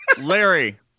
Larry